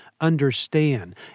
understand